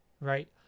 right